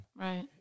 Right